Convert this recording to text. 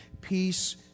Peace